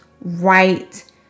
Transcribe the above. right